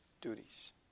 duties